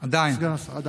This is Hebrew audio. עדיין.